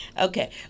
Okay